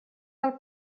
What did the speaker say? del